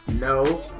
No